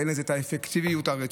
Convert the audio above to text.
ואין לזה את האפקטיביות הרצויה.